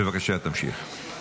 בבקשה, תמשיך.